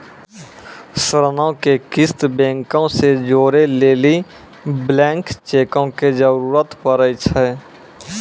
ऋणो के किस्त बैंको से जोड़ै लेली ब्लैंक चेको के जरूरत पड़ै छै